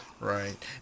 Right